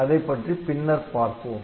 அதைப் பற்றி பின்னர் பார்ப்போம்